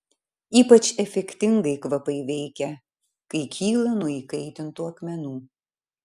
ypač efektingai kvapai veikia kai kyla nuo įkaitintų akmenų